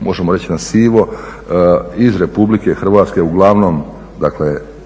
možemo reći na sivo iz RH uglavnom, iz